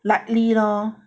likely lor